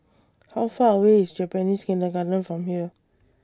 How Far away IS Japanese Kindergarten from here